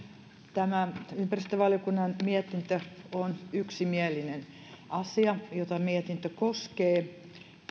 tämä ympäristövaliokunnan mietintö on yksimielinen asia jota mietintö koskee